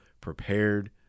prepared